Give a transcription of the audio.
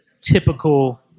typical